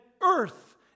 earth